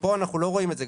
ופה אנחנו לא רואים את זה,